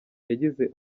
yagize